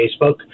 Facebook